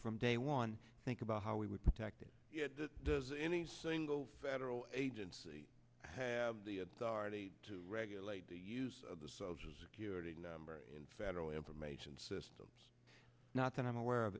from day one think about how we would protect any single federal agency have the authority to regulate the use of the social security number in federal information systems not that i'm aware